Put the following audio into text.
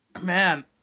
man